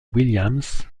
williams